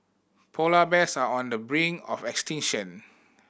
polar bears are on the brink of extinction